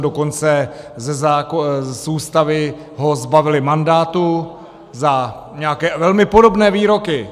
Dokonce z ústavy ho zbavili mandátu za nějaké velmi podobné výroky.